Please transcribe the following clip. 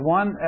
one